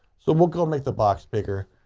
so we'll go and make the box bigger,